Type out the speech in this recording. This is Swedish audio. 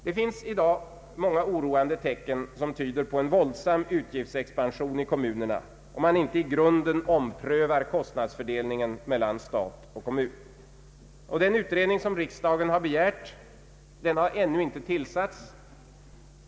Det finns i dag många oroande tecken som tyder på en våldsam utgiftsexpansion i kommunerna, om man inte i grunden omprövar kostnadsfördelningen mellan stat och kommun. Den utredning om detta som riksdagen begärt har ännu inte tillsatts.